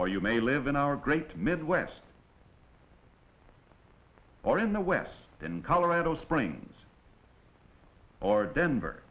or you may live in our great midwest or in the west in colorado springs or denver